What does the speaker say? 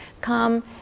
come